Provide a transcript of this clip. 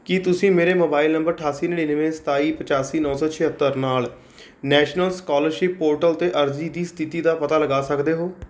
ਕੀ ਤੁਸੀਂ ਮੇਰੇ mobile number ਅਠਾਸੀ ਨੜਿਨਵੇਂ ਸਤਾਈ ਪਚਾਸੀ ਨੌਂ ਸੌ ਛਿਹੱਤਰ ਨਾਲ ਨੈਸ਼ਨਲ ਸਕਾਲਰਸ਼ਿਪ ਪੋਰਟਲ 'ਤੇ ਅਰਜ਼ੀ ਦੀ ਸਥਿਤੀ ਦਾ ਪਤਾ ਲਗਾ ਸਕਦੇ ਹੋ